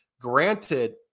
Granted